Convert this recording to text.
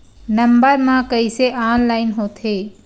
Number मा कइसे online होथे?